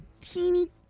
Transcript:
teeny